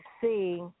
see